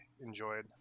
enjoyed